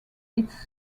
its